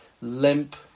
limp